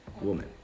woman